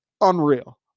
unreal